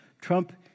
Trump